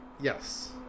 Yes